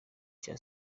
cya